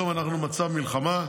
היום אנחנו במצב מלחמה,